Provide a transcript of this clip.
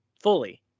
fully